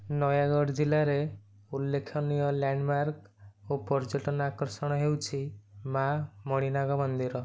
ନୟାଗଡ଼ ଜିଲ୍ଲାରେ ଉଲେଖନନୀୟ ଲ୍ୟାଣ୍ଡମାର୍କ ଓ ପର୍ଯ୍ୟଟନ ଆକର୍ଷଣ ହେଉଛି ମା ମଣିନାଗ ମନ୍ଦିର